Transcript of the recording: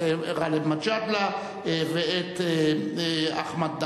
גאלב מג'אדלה ואחמד דבאח,